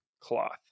cloth